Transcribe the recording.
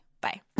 Bye